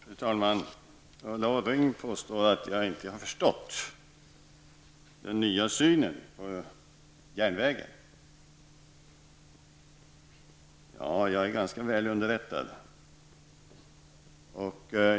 Fru talman! Ulla Orring påstår att jag inte förstått den nya synen på järnvägen. Men jag är ganska väl underrättad.